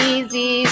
Easy